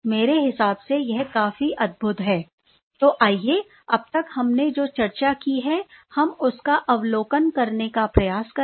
मेरे हिसाब से यह काफी अद्भुत है तो आइए हमने अब तक जो चर्चा की है हम उसका अवलोकन करने का प्रयास करें